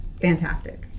fantastic